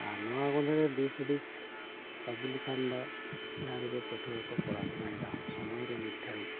ᱟᱨ ᱱᱚᱣᱟ ᱢᱚᱫᱽᱫᱷᱮᱨᱮ ᱫᱤᱥ ᱦᱩᱫᱤᱥ ᱟᱹᱜᱩ ᱞᱮᱠᱷᱟᱱ ᱫᱚ ᱡᱟᱦᱟᱸᱭ ᱠᱚ ᱯᱟᱹᱴᱷᱣᱟᱹ ᱠᱚ ᱯᱚᱲᱟ ᱥᱩᱱᱟᱹᱭ ᱫᱟ ᱥᱩᱢᱟᱹᱭ ᱨᱮ ᱢᱤᱫ ᱜᱷᱟᱲᱤᱡ